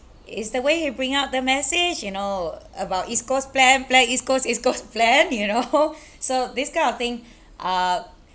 it's the way he bring out the message you know about east coast plan plan east coast east coast plan you know so this kind of thing uh